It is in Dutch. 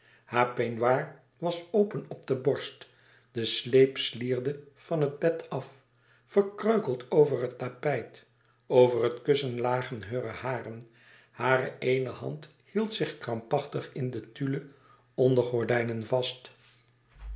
haar peignoir was open op de borst de sleep slierde van het bed af verkreukeld over het tapijt over het kussen lagen heure haren hare eene hand hield zich krampachtig in de tulle ondergordijnen vast